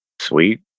Sweet